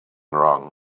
wrong